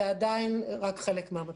זה עדיין רק חלק.